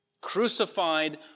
Crucified